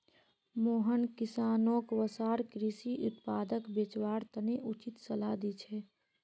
मोहन किसानोंक वसार कृषि उत्पादक बेचवार तने उचित सलाह दी छे